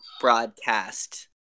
broadcast